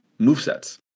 movesets